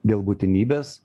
dėl būtinybės